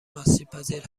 آسیبپذیر